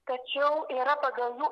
tačiau yra pagal jų